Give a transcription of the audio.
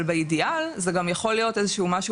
אבל באידיאל זה גם יכול להיות איזשהו משהו